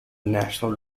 national